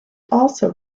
also